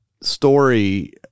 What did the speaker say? story